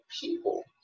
people